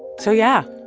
so yeah,